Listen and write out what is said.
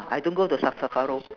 I don't go the sep~ sephora